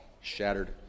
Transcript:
shattered